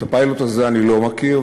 את הפיילוט הזה אני לא מכיר,